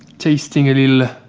tasting a little.